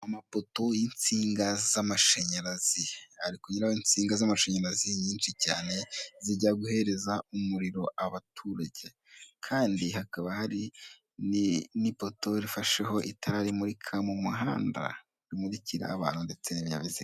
Amapoto y'insinga z'amashanyarazi ari kunyuraho insinga z'amashanyarazi nyinshi cyane zijya guhereza umuriro abaturage kandi hakaba hari n'ipoto rifasheho itara rimurika mu muhanda rimurikira abantu ndetse n'ibinyabiziga .